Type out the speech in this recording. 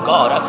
God